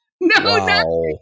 no